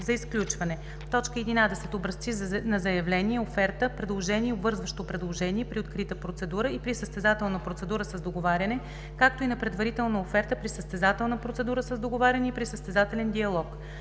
за изключване; 11. образци на заявление, оферта (предложение и обвързващо предложение) – при открита процедура и при състезателна процедура с договаряне, както и на предварителна оферта – при състезателна процедура с договаряне и при състезателен диалог;